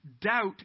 doubt